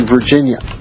Virginia